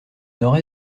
nord